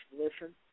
listen